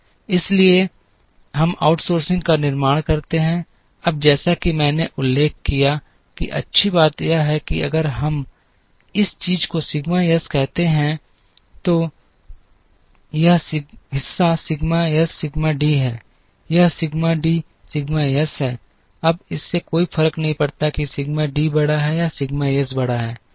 इसलिए हम आउटसोर्सिंग का निर्माण करते हैं अब जैसा कि मैंने उल्लेख किया है कि अच्छी बात यह है कि अगर हम इस चीज को सिग्मा एस कहते हैं तो यह हिस्सा सिग्मा एस सिग्मा डी है यह सिग्मा डी सिग्मा एस है अब इससे कोई फर्क नहीं पड़ता कि सिग्मा डी बड़ा है या सिग्मा एस बड़ा है